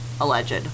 alleged